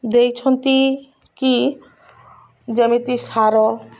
ଦେଇଛନ୍ତି କି ଯେମିତି ସାର